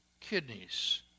Kidneys